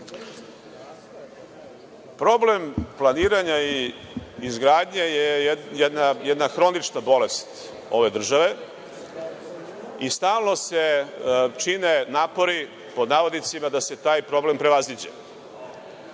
Problem planiranja i izgradnje je jedna hronična bolest ove države. Stalno se čine „napori“ da se taj problem prevaziđe. Imali